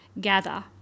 gather